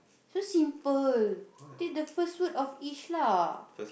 so simple take the first word of each lah